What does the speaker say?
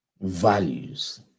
Values